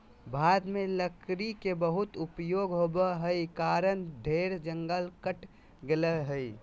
भारत में लकड़ी के बहुत उपयोग होबो हई कारण ढेर जंगल कट गेलय हई